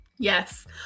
Yes